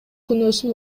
күнөөсүн